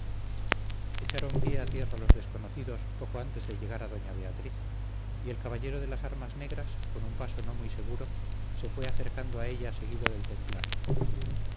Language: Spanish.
echaron pie a tierra los desconocidos poco antes de llegar a doña beatriz y el caballero de las armas negras con un paso no muy seguro se fue acercando a ella seguido del templario